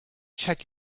check